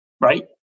right